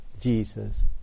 Jesus